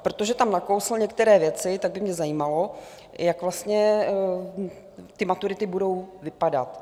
Protože tam nakousl některé věci, tak by mě zajímalo, jak vlastně ty maturity budou vypadat.